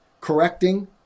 correcting